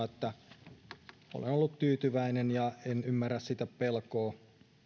että olen ollut tyytyväinen ja en ymmärrä sitä pelkoa